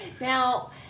Now